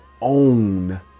own